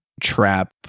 trap